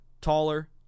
taller